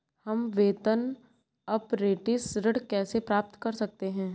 हम वेतन अपरेंटिस ऋण कैसे प्राप्त कर सकते हैं?